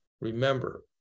remember